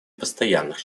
постоянных